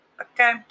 Okay